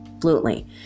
fluently